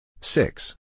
Six